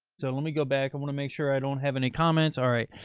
so let me go back. i want to make sure i don't have any comments. all right.